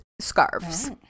scarves